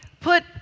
put